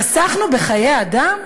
חסכנו בחיי אדם?